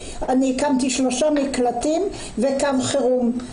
אני הקמתי שלושה מקלטים וקו חירום.